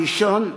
הראשון,